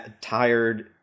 tired